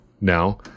now